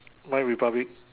my republic